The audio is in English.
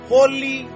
Holy